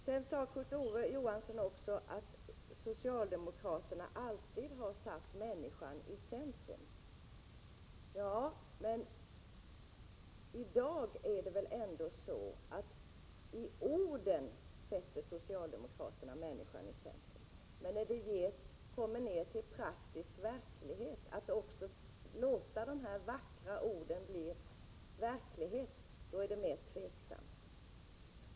Kurt Ove Johansson sade också att socialdemokraterna alltid har satt människan i centrum. Ja, i ord sätter socialdemokraterna i ord människan i centrum, men när man kommer ner till att låta de vackra orden bli praktisk verklighet är det mer tveksamt.